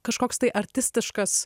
kažkoks tai artistiškas